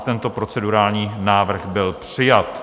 Tento procedurální návrh byl přijat.